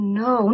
no